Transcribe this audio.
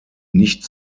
nicht